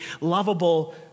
lovable